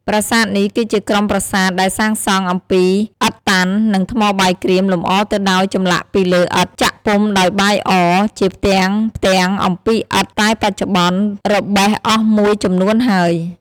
ប្រាសាទនេះ គឺជាក្រុមប្រាសាទដែលសាងសង់អំពីឥដ្ឋតាន់ និង ថ្មបាយក្រៀមលំអរទៅដោយចម្លាក់ពីលើឥដ្ឋ ចាក់ពុម្ភដោយបាយអ ជាផ្ទាំងៗអំពីឥដ្ឋ តែបច្ចុប្បន្នរបេះអស់មួយចំនួនហើយ។